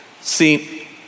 See